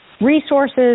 Resources